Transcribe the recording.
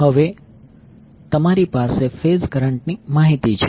તેથી હવે તમારી પાસે ફેઝ કરંટની માહિતી છે